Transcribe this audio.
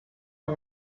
one